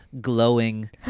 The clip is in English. glowing